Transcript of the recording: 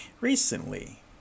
recently